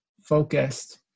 focused